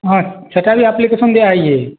ହଁ ସେଟା ବି ଆପ୍ଲିକେସନ୍ ଦିଆହୋଇଛି